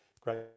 great